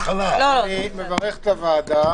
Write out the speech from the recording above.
בכבוד האדם שלו וגם במערכת היחסים.